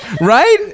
Right